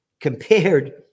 compared